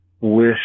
wish